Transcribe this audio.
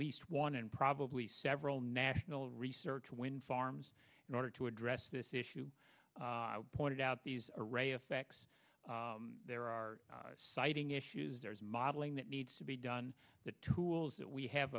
least one and probably several national research wind farms in order to address this issue pointed out these are a affects there are citing issues there is modeling that needs to be done the tools that we have